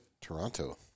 Toronto